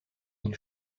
ils